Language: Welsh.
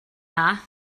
dda